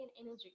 energy